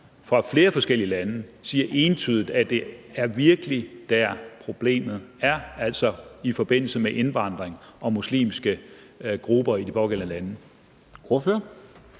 fra flere forskellige lande, siger entydigt, at det er virkelig der, problemet er, altså i forbindelse med indvandring og muslimske grupper i de pågældende lande.